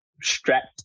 strapped